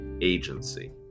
agency